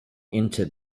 into